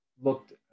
looked